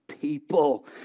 people